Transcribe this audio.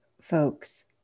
folks